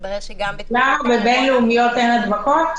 בתחרויות בין-לאומיות אין הדבקות?